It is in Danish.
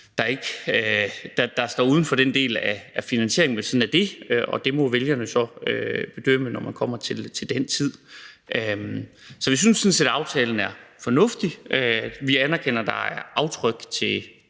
der står uden for den del af finansieringen, men sådan er det. Det må vælgerne så bedømme, når vi kommer til den tid. Så vi synes sådan set, at aftalen er fornuftig. Vi anerkender, at der er aftryk fra